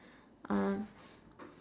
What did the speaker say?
um